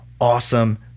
awesome